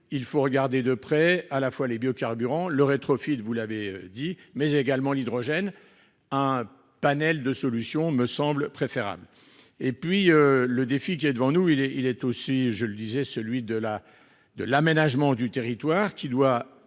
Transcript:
Il faut regarder de près à la fois les biocarburants, le rétrofit de vous l'avez dit, mais également l'hydrogène. Un panel de solutions me semble préférable. Et puis le défi qui est devant nous, il est, il est aussi je le disais, celui de la, de l'aménagement du territoire qui doit